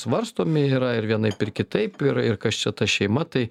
svarstomi yra ir vienaip ir kitaip ir ir kas čia ta šeima tai